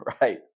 Right